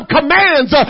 commands